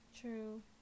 True